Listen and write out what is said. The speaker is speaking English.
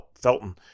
Felton